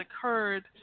occurred